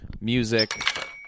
music